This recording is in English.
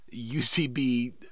UCB